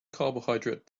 carbohydrate